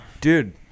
Dude